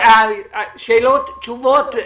שאלות, תשובות.